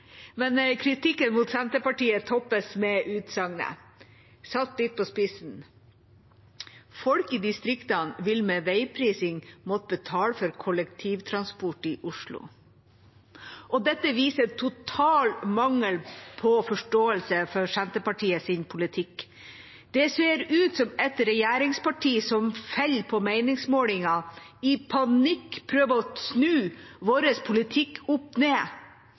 Kritikken mot Senterpartiet toppes med utsagnet: «Satt litt på spissen; folk i distriktene vil med veiprising måtte betale for kollektivtransport i Oslo.» Dette viser en total mangel på forståelse for Senterpartiets politikk. Det ser ut som om et regjeringsparti som faller på meningsmålinger, i panikk prøver å snu vår politikk opp ned.